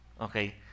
Okay